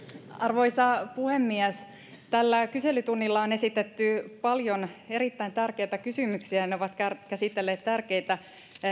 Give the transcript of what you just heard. arvoisa puhemies tällä kyselytunnilla on esitetty paljon erittäin tärkeitä kysymyksiä ja ne ovat käsitelleet tärkeitä